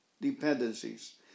dependencies